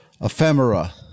ephemera